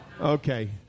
Okay